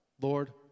Lord